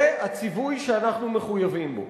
זה הציווי שאנחנו מחויבים בו.